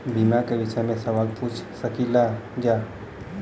बीमा के विषय मे सवाल पूछ सकीलाजा?